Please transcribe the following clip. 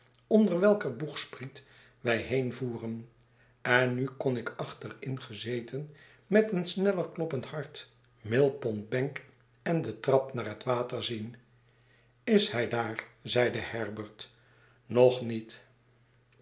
onder welker boegspriet wij heenvoeren en nu kon ik achteringezeten met een sneller kloppend hart mill pondbankende trap naar het water zien is hij daar zeide herbert nog niet